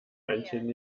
manchen